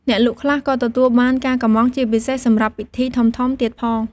អ្នកលក់ខ្លះក៏ទទួលបានការកម៉្មង់ជាពិសេសសម្រាប់ពិធីធំៗទៀតផង។